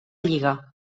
lliga